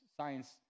science